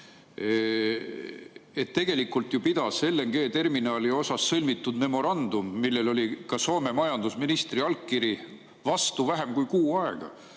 Tegelikult pidas LNG-terminali kohta sõlmitud memorandum, millel oli ka Soome majandusministri allkiri, vastu vähem kui kuu aega,